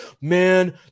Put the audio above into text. man